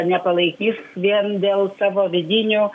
nepalaikys vien dėl savo vidinių